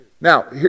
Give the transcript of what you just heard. Now